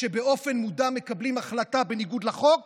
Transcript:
שבאופן מודע מקבלים החלטה בניגוד לחוק